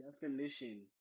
definition